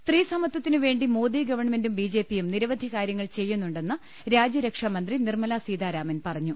സ്ത്രീസമത്വത്തിന് വേണ്ടി മോദി ഗവൺമെന്റും ബിജെപിയും നിരവധി കാര്യങ്ങൾ ചെയ്യുന്നുണ്ടെന്ന് രാജ്യൂരക്ഷാമന്ത്രി നിർമലാ സീതാരാമൻ പറഞ്ഞു